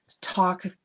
talk